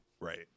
Right